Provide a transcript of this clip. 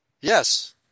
Yes